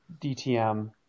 DTM